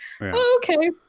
okay